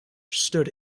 stood